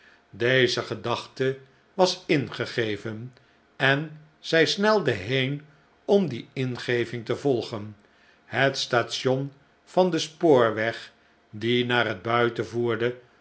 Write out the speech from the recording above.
deze gedachte was eene ingeving en zij snelde heen om die ingeving te volgen het station van den spoorweg die naar het buiten voerde